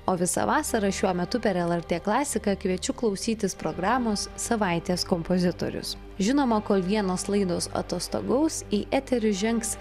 o visą vasarą šiuo metu per lrt klasiką kviečiu klausytis programos savaitės kompozitorius žinoma kol vienos laidos atostogaus į eterį žengs